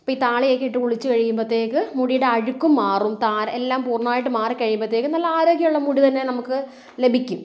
അപ്പോൾ ഈ താളി ഒക്കെ ഇട്ട് കുളിച്ച് കഴിയുമ്പോഴത്തേക്ക് മുടിയുടെ അഴുക്കും മാറും താര എല്ലാം പൂർണമായിട്ട് മാറി കഴിയുമ്പോഴത്തേക്ക് നല്ല ആരോഗ്യമുള്ള മുടി തന്നെ നമുക്ക് ലഭിക്കും